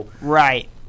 Right